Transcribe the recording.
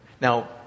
Now